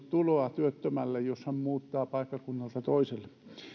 tuloa työttömälle jos hän muuttaa paikkakunnalta toiselle